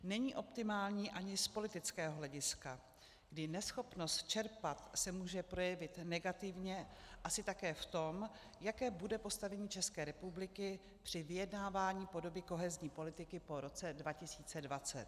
Není optimální ani z politického hlediska, kdy neschopnost čerpat se může projevit negativně asi také v tom, jaké bude postavení České republiky při vyjednávání podoby kohezní politiky po roce 2020.